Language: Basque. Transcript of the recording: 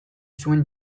zuen